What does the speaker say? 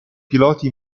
piloti